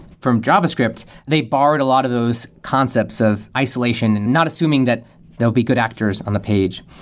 from javascript, they borrowed a lot of those concepts of isolation and not assuming that there'll be good actors on the page.